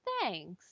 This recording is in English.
thanks